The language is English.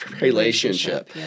Relationship